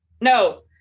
No